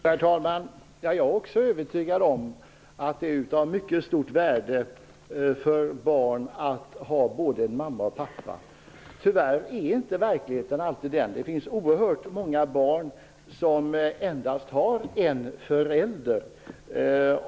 Herr talman! Jag är också övertygad om att det är av mycket stort värde att ha både en mamma och en pappa. Tyvärr är ser verkligheten inte alltid ut så. Det finns oerhört många barn som endast har en förälder.